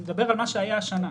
אני מדבר על מה שהיה השנה.